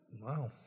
Wow